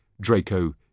Draco